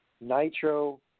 Nitro